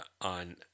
on